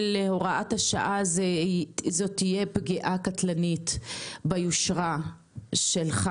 הוראת השעה תהיה פגיעה קטלנית ביושרה שלך